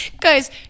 Guys